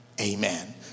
Amen